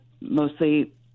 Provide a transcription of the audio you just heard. mostly